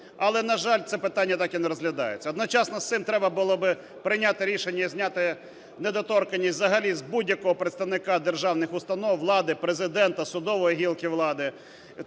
Але на жаль, це питання так і не розглядається. Одночасно з цим треба було би прийняти рішення зняти недоторканність взагалі з будь-якого представника державних установ, влади, Президента, судової гілки влади,